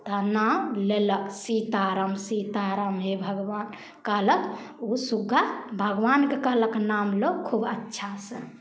तऽ नाम लेलक सीताराम सीताराम हे भगवान कहलक ओ सुग्गा भगवानके कहलक नाम लो खूब अच्छासँ